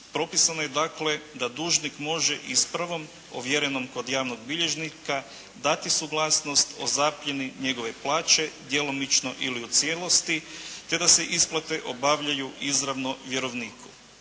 Propisano je, dakle da dužnik može ispravom ovjerenom kod javnog bilježnika dati suglasnost o zapljeni njegove plaće djelomično ili u cijelosti kada se isplate obavljaju izravno vjerovniku.